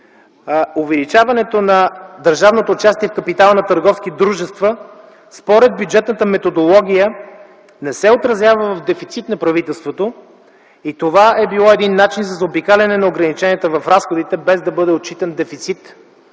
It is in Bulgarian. Увеличаването на държавното участие в капитала на търговски дружества според бюджетната методология не се отразява в дефицит на правителството и това е било един начин за заобикаляне на ограниченията в разходите, без да бъде отчитан дефицит